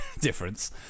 difference